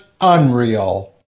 unreal